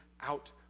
out